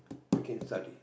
you can study